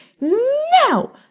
no